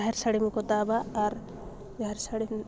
ᱡᱟᱦᱮᱨ ᱥᱟᱹᱲᱤᱢ ᱠᱚ ᱫᱟᱵᱟ ᱟᱨ ᱡᱟᱦᱮᱨ ᱥᱟᱹᱲᱤᱢ